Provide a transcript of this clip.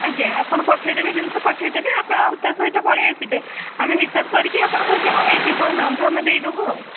ଆଜ୍ଞା ଆପଣ ପଠେଇଦେବେ ଜିନିଷ ପଠେଇଦେବେ ଆପଣ ତା ସହିତ ପଳେଇ ଆସିବେ ଆମେ ହିସାବ କରିକି ଆପଣଙ୍କର ଯାହା ହେଇଥିବ ଏମାଉଣ୍ଟ୍ ଆମେ ଦେଇଦେବୁ ଆଉ